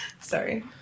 Sorry